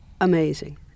amazing